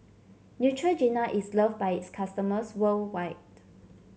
Neutrogena is loved by its customers worldwide